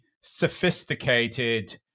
sophisticated